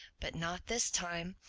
but not this time.